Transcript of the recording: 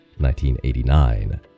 1989